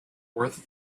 worth